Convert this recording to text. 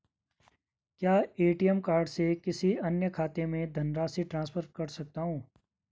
क्या ATM card से किसी अन्य खाते में धनराशि ट्रांसफर कर सकता हूँ?